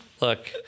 Look